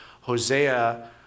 Hosea